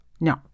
No